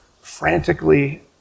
frantically